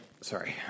Sorry